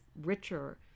richer